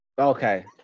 Okay